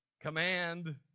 command